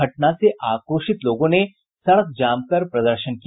घटना से आक्रोशित लोगों ने सड़क जाम कर प्रदर्शन किया